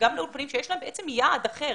וגם לאולפנים שיש להם בעצם יעד אחר,